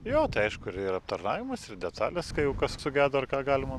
jo tai aišku ir aptarnavimas ir detalės kai jau kas sugedo ar ką galima